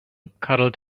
cuddled